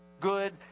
good